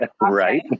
Right